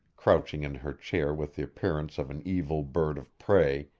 crouching in her chair with the appearance of an evil bird of prey,